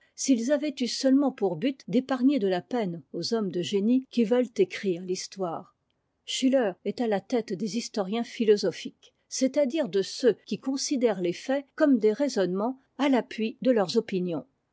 s'ils avaient eu seulement pour but d'épargner de la peine aux hommes de génie qui veulent écrire l'histoire schiller est à la tête des historiens philosophiques c'est-à-dire de ceux qui considèrent tes faits comme des raisonnements à l'appui de leurs opinions